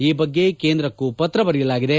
ಈ ಬಗ್ಗೆ ಕೇಂದ್ರಕ್ಕೂ ಪತ್ರ ಬರೆಯಲಾಗಿದೆ